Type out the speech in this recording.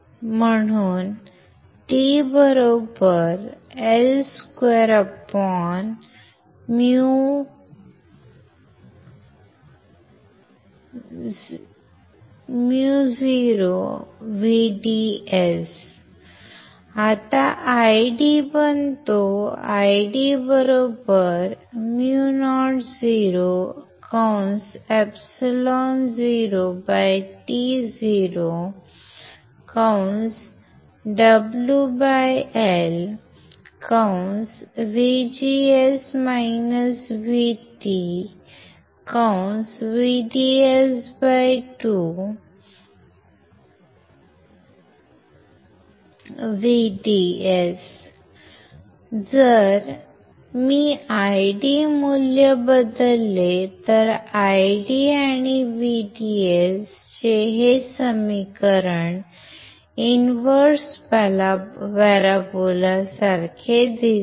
So t L2µnVDS आता ID बनतो IDµnεotoWLVGS VT VDS2VDS जर मी ID मूल्य बदलले तर ID आणि VDS चे हे समीकरण इनवर्स पॅराबोला सारखे दिसते